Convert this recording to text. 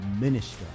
minister